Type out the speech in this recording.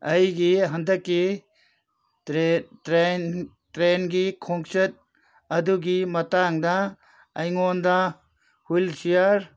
ꯑꯩꯒꯤ ꯍꯟꯗꯛꯀꯤ ꯇ꯭ꯔꯦꯟ ꯇ꯭ꯔꯦꯟꯒꯤ ꯈꯣꯡꯆꯠ ꯑꯗꯨꯒꯤ ꯃꯇꯥꯡꯗ ꯑꯩꯉꯣꯟꯗ ꯋꯤꯜ ꯆꯤꯌꯔ